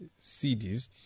CDs